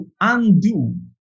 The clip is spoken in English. undo